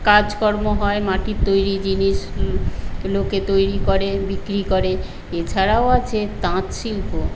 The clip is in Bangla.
কাজকর্ম হয় মাটির তৈরি জিনিস লোকে তৈরি করে বিক্রি করে এছাড়াও আছে তাঁত শিল্প